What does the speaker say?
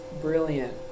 Brilliant